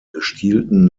gestielten